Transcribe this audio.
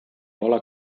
ole